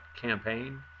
campaign